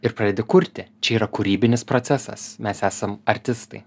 ir pradedi kurti čia yra kūrybinis procesas mes esam artistai